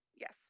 yes